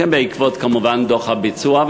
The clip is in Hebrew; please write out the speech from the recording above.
בעקבות, כמובן, דוח הביצוע.